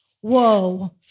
whoa